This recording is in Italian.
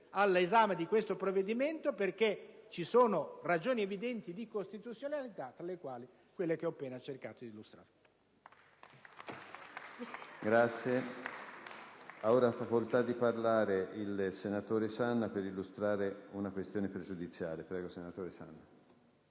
al nostro esame, perché ci sono ragioni evidenti di incostituzionalità, tra le quali quelle che ho appena cercato di illustrare.